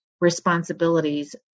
responsibilities